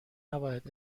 نباید